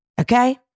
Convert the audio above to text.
Okay